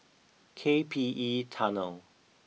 K P E Tunnel